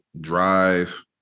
drive